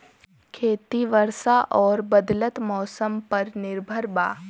खेती वर्षा और बदलत मौसम पर निर्भर बा